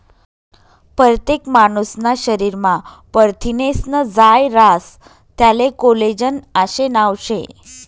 परतेक मानूसना शरीरमा परथिनेस्नं जायं रास त्याले कोलेजन आशे नाव शे